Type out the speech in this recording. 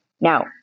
Now